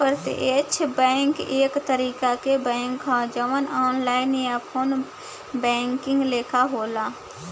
प्रत्यक्ष बैंक एक तरीका के बैंक ह जवन ऑनलाइन या फ़ोन बैंकिंग लेखा होला